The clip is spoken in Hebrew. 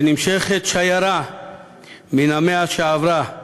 // ונמשכת שיירה מן המאה שעברה /